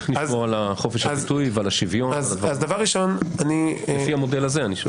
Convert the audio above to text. איך נשמור על חופש הביטוי ועל השוויון לפי המודל הזה.